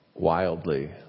wildly